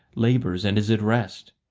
labours, and is at rest?